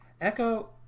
Echo